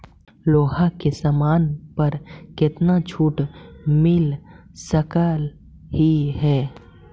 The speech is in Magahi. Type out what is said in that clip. लोहा के समान पर केतना छूट मिल सकलई हे